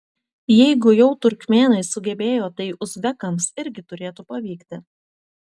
jeigu jau turkmėnai sugebėjo tai uzbekams irgi turėtų pavykti